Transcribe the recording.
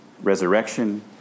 resurrection